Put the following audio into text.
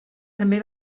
també